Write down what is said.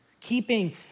keeping